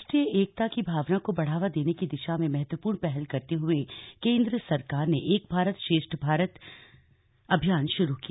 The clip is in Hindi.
राष्ट्रीय एकता की भावना को बढ़ावा देने की दिशा में महत्वपूर्ण पहल करते हुए केंद्र सरकार ने एक भारत श्रेष्ठ भारत अभियान शुरू किया